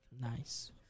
Nice